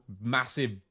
massive